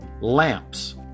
Lamps